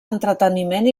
entreteniment